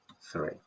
three